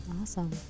Awesome